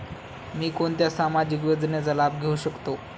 मी कोणत्या सामाजिक योजनेचा लाभ घेऊ शकते?